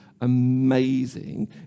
amazing